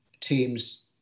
teams